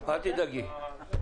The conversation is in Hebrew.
אל תדאגי.